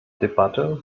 debatte